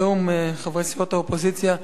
בתיאום חברי סיעות האופוזיציה,